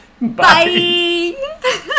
Bye